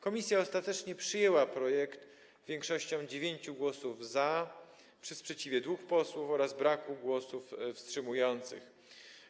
Komisja ostatecznie przyjęła projekt większością 9 głosów za, przy sprzeciwie dwóch posłów oraz braku głosów wstrzymujących się.